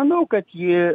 manau kad ji